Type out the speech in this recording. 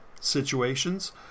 situations